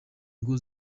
ngo